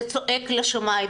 זה צועק לשמיים.